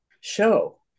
show